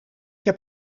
heb